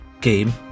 game